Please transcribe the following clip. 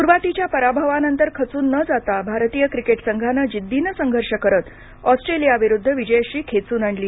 सुरूवातीच्या पराभवानंतर खचून न जाता भारतीय क्रिकेट संघानं जिद्दीनं संघर्ष करत ऑस्ट्रेलियाविरुद्ध विजयश्री खेचून आणली